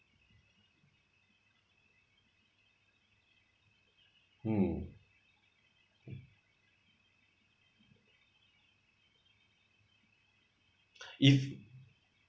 hmm if